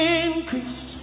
increase